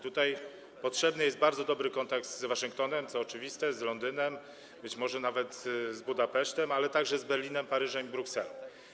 Tutaj potrzebny jest bardzo dobry kontakt z Waszyngtonem - co oczywiste - z Londynem, być może nawet z Budapesztem, ale także z Berlinem, Paryżem i Brukselą.